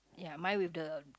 ya mine with the